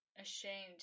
Ashamed